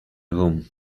room